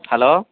hello